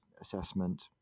assessment